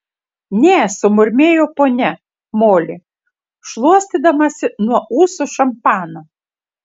ne sumurmėjo ponia moli šluostydamasi nuo ūsų šampaną